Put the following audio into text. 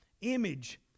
image